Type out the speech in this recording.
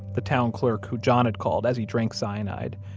the town clerk who john had called as he drank cyanide,